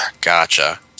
gotcha